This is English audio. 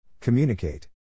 Communicate